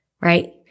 right